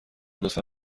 لطفا